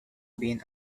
been